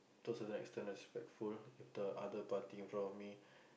to a certain extent respectful if the other party in front of me